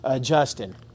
Justin